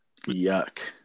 Yuck